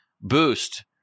boost